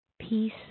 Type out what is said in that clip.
Peace